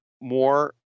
more